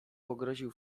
pogroził